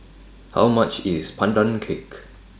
How much IS Pandan Cake